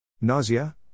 nausea